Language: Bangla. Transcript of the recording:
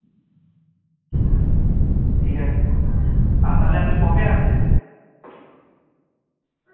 ঠিক আছে আর তাহলে আপনি কবে আসছেন